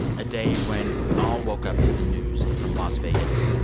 a day when we all woke up to the news from las vegas.